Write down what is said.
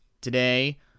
today